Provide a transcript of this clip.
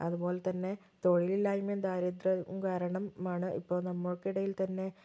അതുപോലെത്തന്നെ തൊഴിലില്ലായ്മയും ദാരിദ്ര്യവും കാരണം ആണ് ഇപ്പം നമ്മൾക്കിടയില് തന്നെ